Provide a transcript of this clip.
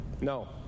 No